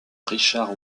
richard